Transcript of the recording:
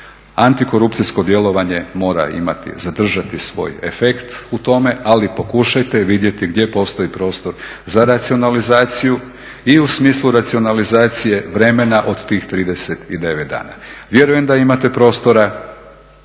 antikorupcijsko djelovanje mora imati, zadržati svoj efekt u tome ali pokušajte vidjeti gdje postoji prostor za racionalizaciju i u smislu racionalizacije vremena od tih 39 dana. Vjerujem da imate prostora,